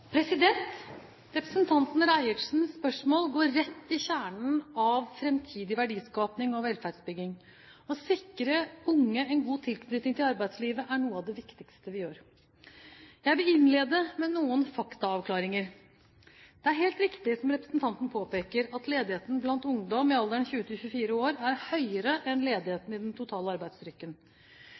Representanten Reiertsens spørsmål går rett i kjernen av framtidig verdiskaping og velferdsbygging. Å sikre unge en god tilknytning til arbeidslivet er noe av det viktigste vi gjør. Jeg vil innlede med noen faktaavklaringer. Det er helt riktig som representanten påpeker, at ledigheten blant ungdom i alderen 20–24 år er høyere enn ledigheten for den totale